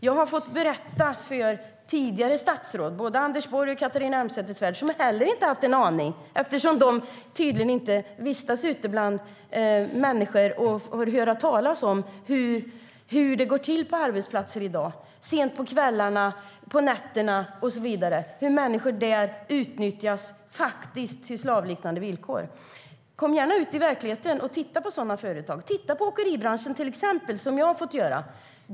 Jag har fått berätta detta för tidigare statsråd, både Anders Borg och Catharina Elmsäter-Svärd, som inte heller har haft en aning eftersom de tydligen inte vistas ute bland människor och får höra talas om hur det går till på arbetsplatser sent på kvällarna, nätterna och så vidare. Människor utnyttjas faktiskt under slavliknande villkor. Kom gärna ut i verkligheten och titta på sådana företag! Titta till exempel på åkeribranschen, som jag har fått göra!